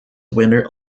winter